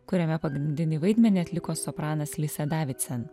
kuriame pagrindinį vaidmenį atliko sopranas lisė davidsen